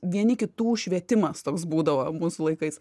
vieni kitų švietimas toks būdavo mūsų laikais